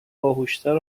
باهوشتر